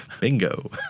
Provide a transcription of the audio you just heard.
Bingo